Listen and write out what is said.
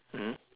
mmhmm